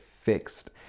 fixed